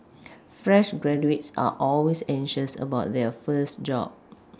fresh graduates are always anxious about their first job